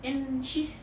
and she's